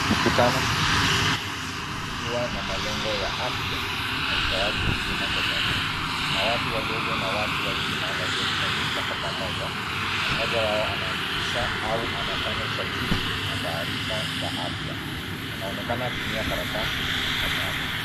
Mkutano wa watu ukiwa na malengo ya afya na utoaji huduma kwa jamii. Kuna watu wadogo na watu wazima waliokusanyika kwa pamoja na moja wao anaandikisha au anafanya usajili wa taarifa za afya. Anaonekana akitumia karatasi na kalamu.